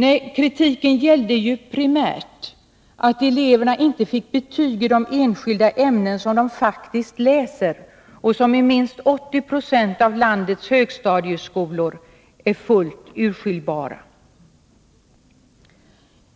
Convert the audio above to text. Nej, kritiken gällde primärt att eleverna inte fick betyg i de enskilda ämnen som de faktiskt läser och som i minst 80 26 av landets högstadieskolor är fullt urskiljbara.